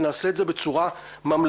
ונעשה את זה בצורה ממלכתית,